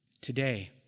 Today